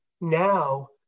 Now